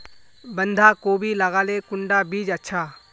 बंधाकोबी लगाले कुंडा बीज अच्छा?